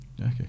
okay